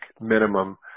minimum